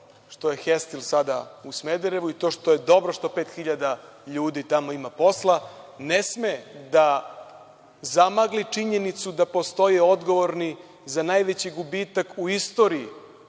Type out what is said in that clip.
što je „Hestil“ sada u Smederevu i to što je dobro što pet hiljada ljudi tamo ima posla, ne sme da zamagli činjenicu da postoje odgovorni za najveći gubitak u istoriji